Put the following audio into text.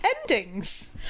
endings